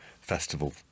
festival